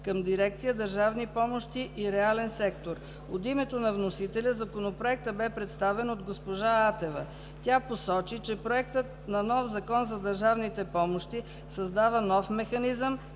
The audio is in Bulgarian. към дирекция „Държавни помощи и реален сектор“. От името на вносителя Законопроектът беше представен от госпожа Атева. Тя посочи, че Проектът на нов Закон за държавните помощи създава нов механизъм